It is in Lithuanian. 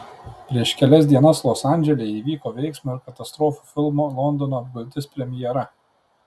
prieš kelias dienas los andžele įvyko veiksmo ir katastrofų filmo londono apgultis premjera